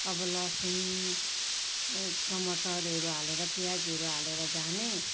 अब लसुन टमाटरहरू हालेर प्याजहरू हालेर झानेँ